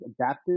adaptive